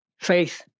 faith